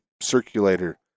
circulator